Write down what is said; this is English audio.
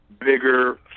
Bigger